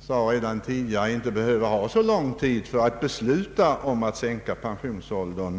har sagt, egentligen inte skulle behöva ta så lång tid att besluta om en sänkt pensionsålder.